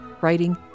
writing